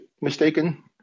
mistaken